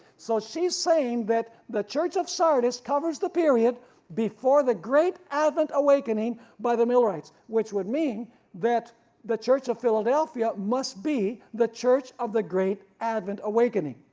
so she is saying that the church of sardis covers the period before the great advent awakening by the millerite, which would mean that the church of philadelphia must be the church of the great advent awakening,